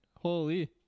Holy